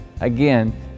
Again